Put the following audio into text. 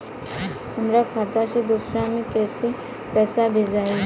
हमरा खाता से दूसरा में कैसे पैसा भेजाई?